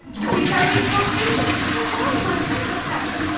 see harry, you're famous. but why am i famous, hagrid?